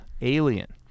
alien